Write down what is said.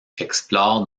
explorent